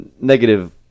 negative